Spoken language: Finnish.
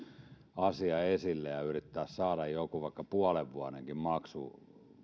asia jossain vaiheessa esille ja yrittää saada joku vaikka puolen vuodenkin maksuväli